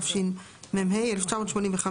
התשמ"ה-1985,